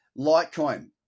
Litecoin